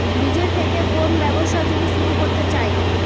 নিজের থেকে কোন ব্যবসা যদি শুরু করতে চাই